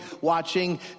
watching